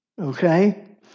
Okay